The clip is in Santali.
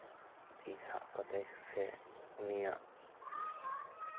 ᱛᱤ ᱥᱟᱵ ᱠᱟᱛᱮ ᱥᱮ ᱩᱱᱤᱭᱟᱜ